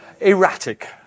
Erratic